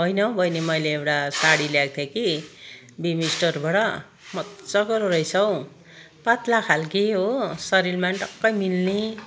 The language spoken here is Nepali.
होइन हौ बहिनी मैले एउटा सारी ल्याएको थिएँ कि भीम स्टोरबाट मज्जाको रहेछ हौ पातला खालको हो शरीरमा पनि टक्कै मिल्ने